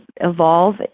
evolve